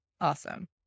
awesome